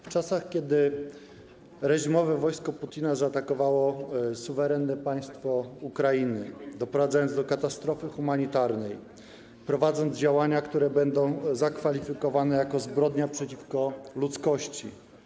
W czasach kiedy reżimowe wojsko Putina zaatakowało suwerenne państwo Ukrainy, doprowadzając do katastrofy humanitarnej, prowadząc działania, które będą zakwalifikowane jako zbrodnia przeciwko ludzkości,